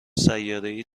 سیارهای